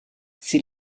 sie